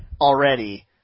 already